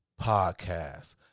Podcast